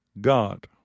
God